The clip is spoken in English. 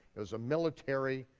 it was a military